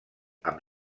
amb